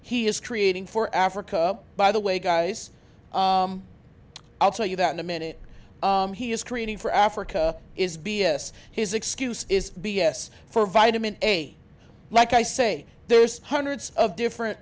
he is creating for africa by the way guys i'll tell you that in a minute he is creating for africa is b s his excuse is b s for vitamin a like i say there's hundreds of different